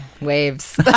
waves